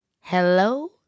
Hello